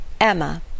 Emma